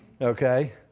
Okay